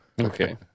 Okay